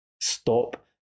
stop